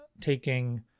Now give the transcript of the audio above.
taking